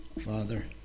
Father